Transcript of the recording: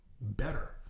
better